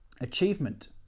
achievement